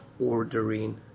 ordering